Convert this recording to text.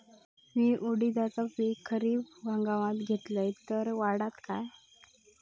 मी उडीदाचा पीक खरीप हंगामात घेतलय तर वाढात काय?